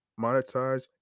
monetize